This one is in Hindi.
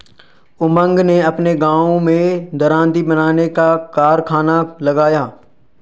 उमंग ने अपने गांव में दरांती बनाने का कारखाना लगाया